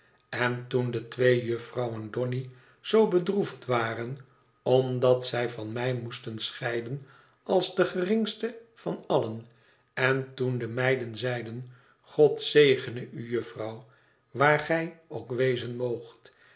en toen de twee jufvrouwen donny zoo bedroefd waren omdat zij van mij moesten scheiden als de geringste van allen en toen de meiden zeiden god zegene u jufvrouw waar gij ook wezen